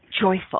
joyful